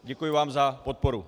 Děkuji vám za podporu.